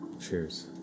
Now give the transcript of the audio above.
Cheers